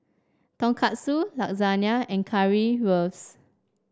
Tonkatsu Lasagne and Currywurst